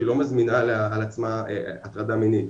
היא לא מזמינה על עצמה הטרדה מינית,